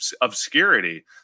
obscurity